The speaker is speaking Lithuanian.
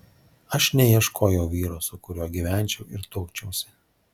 aš neieškojau vyro su kuriuo gyvenčiau ir tuokčiausi